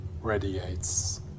radiates